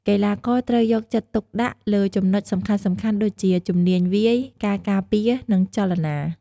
កីឡាករត្រូវយកចិត្តទុកដាក់លើចំណុចសំខាន់ៗដូចជា ជំនាញវាយ ការការពារ និងចលនា។